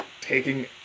taking